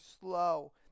slow